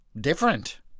different